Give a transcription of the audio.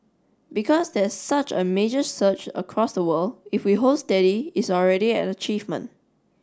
because there's such a major surge across the world if we hold steady it's already an achievement